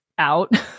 Out